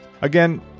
Again